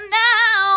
now